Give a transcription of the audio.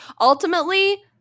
ultimately